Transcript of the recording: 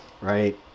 right